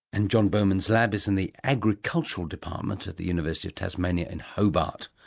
and john bowman's lab is in the agricultural department at the university of tasmania in hobart.